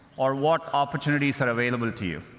or what opportunities are available to you.